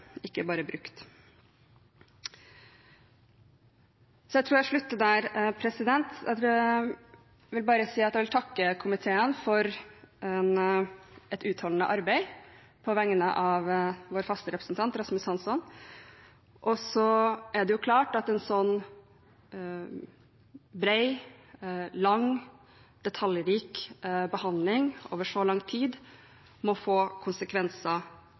ikke bare brukt. Jeg tror jeg slutter der. Jeg vil bare si at jeg på vegne av vår faste representant, Rasmus Hansson, vil takke komiteen for et utholdende arbeid. Så er det jo klart at en sånn bred, lang, detaljrik behandling over så lang tid må få konsekvenser